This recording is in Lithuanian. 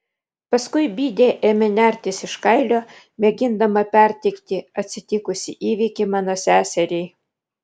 paskui bidė ėmė nertis iš kailio mėgindama perteikti atsitikusį įvykį mano seseriai